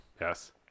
Yes